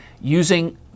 using